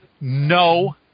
no